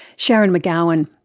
sharon mcgowan.